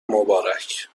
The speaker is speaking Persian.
مبارک